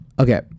Okay